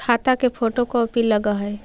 खाता के photo copy लगहै?